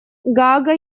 гаага